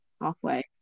halfway